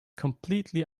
completely